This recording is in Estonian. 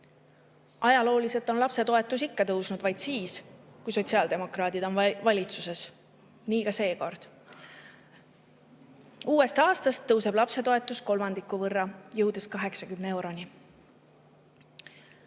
Ajalooliselt on lapsetoetus tõusnud ikka vaid siis, kui sotsiaaldemokraadid on valitsuses olnud. Nii ka seekord. Uuest aastast tõuseb lapsetoetus kolmandiku võrra, jõudes 80 euroni.